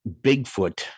Bigfoot